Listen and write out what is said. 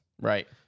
Right